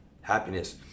happiness